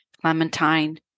Clementine